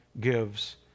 gives